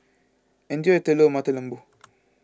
enjoy your Telur Mata Lembu